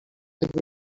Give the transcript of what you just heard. الانه